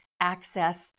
access